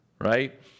Right